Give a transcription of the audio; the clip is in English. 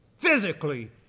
Physically